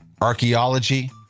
archaeology